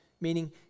Meaning